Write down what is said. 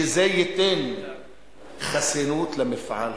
שזה ייתן חסינות למפעל הזה,